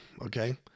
Okay